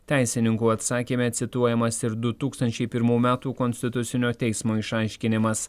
teisininkų atsakyme cituojamas ir du tūkstančiai pirmų metų konstitucinio teismo išaiškinimas